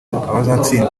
abazatsinda